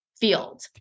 field